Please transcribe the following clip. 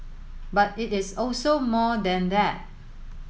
but it is also more than that